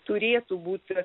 turėtų būt